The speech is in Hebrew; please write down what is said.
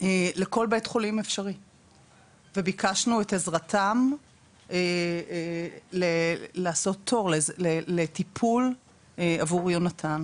לכל בית חולים אפשרי וביקשנו את עזרתם לעשות תור לטיפול עבור יונתן.